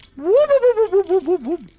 woop woop woop woop woop